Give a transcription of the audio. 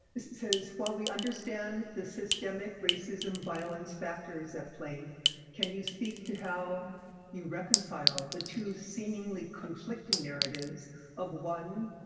it says, while we understand the systemic racism violence factors at play can you speak to how you reconcile the two seemingly conflicting narratives of one,